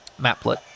Maplet